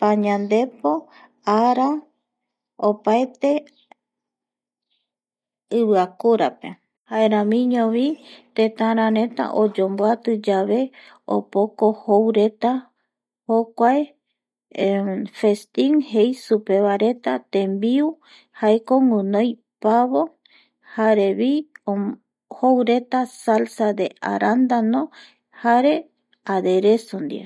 pañandepo ara opaete iviakurape jaeramiñovi tetara reta oyomboatiyave opoko joureta jokuae restin jei supevaeretape tembiu jaeko guinoi pavo jarevi joureta salsa de arandano jare adereso ndie